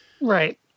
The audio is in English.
Right